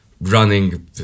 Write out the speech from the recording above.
running